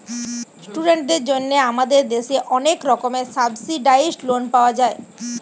ইস্টুডেন্টদের জন্যে আমাদের দেশে অনেক রকমের সাবসিডাইসড লোন পাওয়া যায়